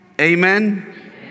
Amen